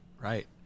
right